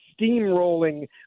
steamrolling